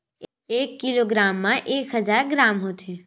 एक किलोग्राम मा एक हजार ग्राम होथे